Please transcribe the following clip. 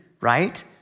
right